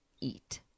eat